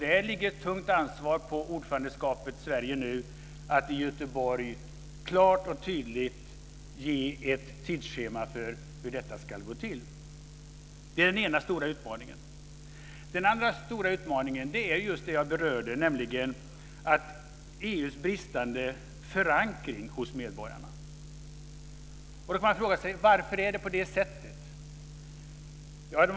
Där ligger ett tungt ansvar på ordförandelandet Sverige att i Göteborg klart och tydligt ge ett tidsschema för hur detta ska gå till. Den andra stora utmaningen är det jag berörde, nämligen EU:s bristande förankring hos medborgarna. Varför är det så?